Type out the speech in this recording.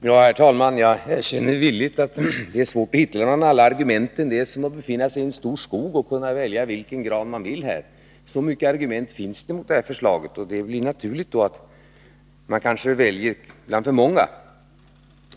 Herr talman! Jag erkänner villigt att det är svårt att hitta bland alla argumenten. Det är som att befinna sig i en stor skog och kunna välja vilken gran man vill. Så många argument finns det mot detta förslag, och det är helt naturligt att man kanske väljer bland för många.